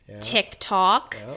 TikTok